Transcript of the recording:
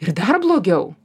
ir dar blogiau